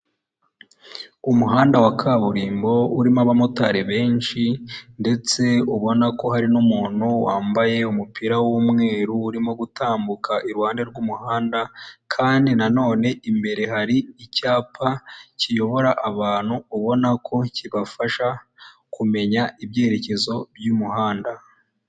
Umuhanda wa kaburimbo urimo abamotari benshi ndetse ubona ko hari n'umuntu wambaye umupira w'umweru, urimo gutambuka iruhande rw'umuhanda kandi na none imbere hari icyapa kiyobora abantu, ubona ko kibafasha kumenya ibyerekezo by'umuhanda.